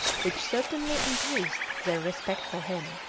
which certainly increased their respect for him.